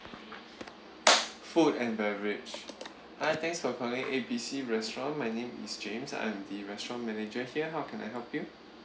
food and beverage hi thanks for calling A B C restaurant my name is james I'm the restaurant manager here how can I help you